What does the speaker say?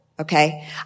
okay